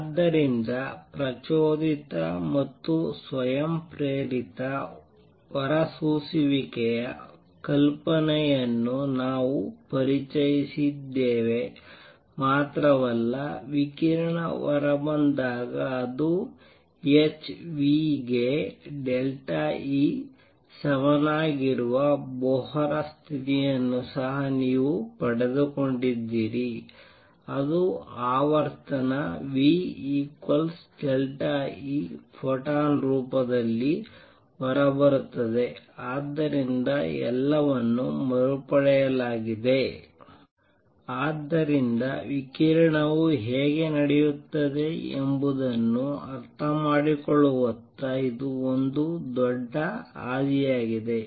ಆದ್ದರಿಂದ ಪ್ರಚೋದಿತ ಮತ್ತು ಸ್ವಯಂಪ್ರೇರಿತ ಹೊರಸೂಸುವಿಕೆಯ ಕಲ್ಪನೆಯನ್ನು ನಾವು ಪರಿಚಯಿಸಿದ್ದೇವೆ ಮಾತ್ರವಲ್ಲ ವಿಕಿರಣ ಹೊರಬಂದಾಗ ಅದು h ಗೆ E ಸಮನಾಗಿರುವ ಬೋಹ್ರ್ ಸ್ಥಿತಿಯನ್ನು ಸಹ ನೀವು ಪಡೆದುಕೊಂಡಿದ್ದೀರಿ ಅದು ಆವರ್ತನ V E ಫೋಟಾನ್ ರೂಪದಲ್ಲಿ ಹೊರಬರುತ್ತದೆ ಆದ್ದರಿಂದ ಎಲ್ಲವನ್ನೂ ಮರುಪಡೆಯಲಾಗಿದೆ ಆದ್ದರಿಂದ ವಿಕಿರಣವು ಹೇಗೆ ನಡೆಯುತ್ತದೆ ಎಂಬುದನ್ನು ಅರ್ಥಮಾಡಿಕೊಳ್ಳುವತ್ತ ಇದು ಒಂದು ದೊಡ್ಡ ಹಾದಿಯಾಗಿದೆ